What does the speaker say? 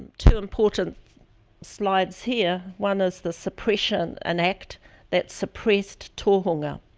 two important slides here, one is the suppression and act that suppressed tohunga.